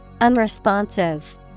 Unresponsive